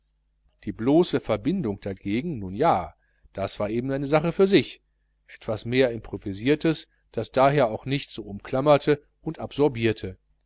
die bloße verbindung dagegen nun ja das war eben eine sache für sich etwas mehr improvisiertes das daher auch nicht so umklammerte und absorbierte